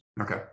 Okay